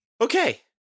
Okay